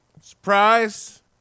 surprise